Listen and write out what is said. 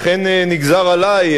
אכן נגזר עלי,